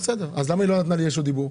אז למה היא לא נתנה לי רשות דיבור?